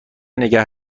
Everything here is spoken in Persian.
نگه